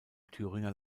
thüringer